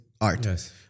art